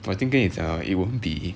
我已经跟你讲了 it won't be